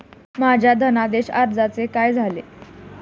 माझ्या धनादेश अर्जाचे काय झाले?